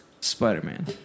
Spider-Man